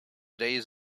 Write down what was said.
days